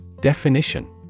Definition